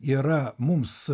yra mums